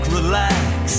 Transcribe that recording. relax